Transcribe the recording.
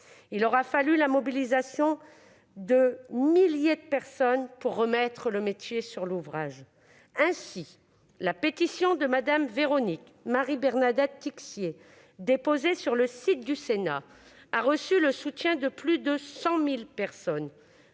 il aura fallu la mobilisation de milliers de personnes pour remettre l'ouvrage sur le métier. Ainsi, la pétition de Mme Véronique Marie-Bernadette Tixier, déposée sur le site internet du Sénat, a reçu le soutien de plus de 100 000 personnes.